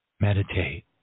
Meditate